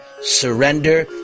surrender